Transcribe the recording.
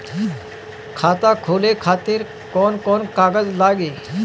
खाता खोले खातिर कौन कौन कागज लागी?